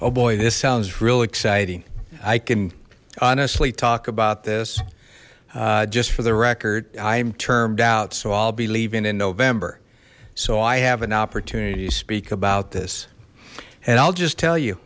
oh boy this sounds real exciting i can honestly talk about this just for the record i am termed out so i'll be leaving in november so i have an opportunity to speak about this and i'll just tell you